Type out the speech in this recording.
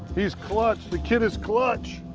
he's clutch. the kid is clutch!